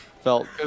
felt